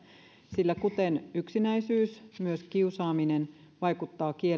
sillä kuten yksinäisyys myös kiusaaminen vaikuttaa